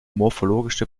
morphologische